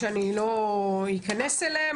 שאני לא אכנס אליהם,